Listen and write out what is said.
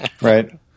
Right